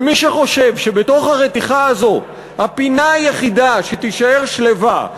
ומי שחושב שבתוך הרתיחה הזאת הפינה היחידה שתישאר שלווה,